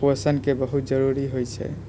पोषणके बहुत जरुरी होइ छै